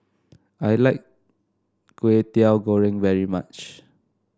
I like Kway Teow Goreng very much